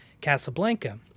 Casablanca